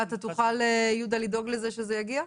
תוכל, יהודה, לדאוג שזה יגיע?